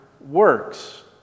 works